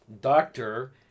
doctor